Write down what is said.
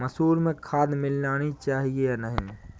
मसूर में खाद मिलनी चाहिए या नहीं?